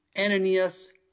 Ananias